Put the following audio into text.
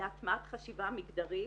להטמעת חשיבה מגדרית